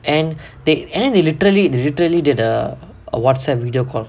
and they and then they literally they literally did a a WhatsApp video call